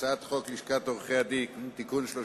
הצעת חוק לשכת עורכי-הדין (תיקון מס'